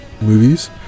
movies